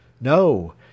No